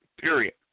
period